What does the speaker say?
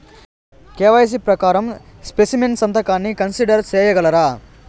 KYC ప్రకారం specimen సంతకాన్ని consider సేయగలరా?